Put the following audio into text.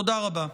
תודה רבה.